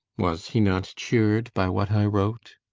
was he not cheered by what i wrote?